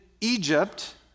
Egypt